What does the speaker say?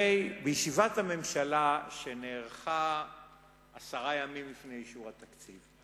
הרי בישיבת הממשלה שנערכה עשרה ימים לפני אישור התקציב,